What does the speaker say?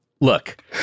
Look